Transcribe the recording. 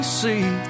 see